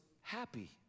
happy